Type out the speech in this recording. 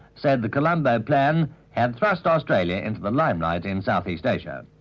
said the colombo plan had thrust australia into the limelight in south east asia.